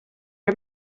her